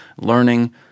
learning